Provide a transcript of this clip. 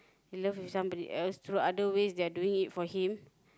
in love with somebody else through other ways they are doing it for him